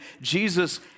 Jesus